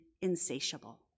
insatiable